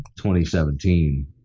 2017